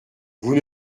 vous